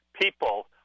people